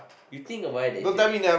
you think about it and say